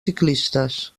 ciclistes